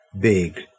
Big